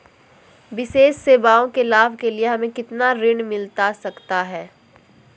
विशेष सेवाओं के लाभ के लिए हमें कितना का ऋण मिलता सकता है?